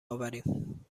آوریم